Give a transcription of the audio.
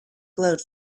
glowed